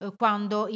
quando